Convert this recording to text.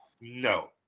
no